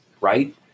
right